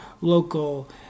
local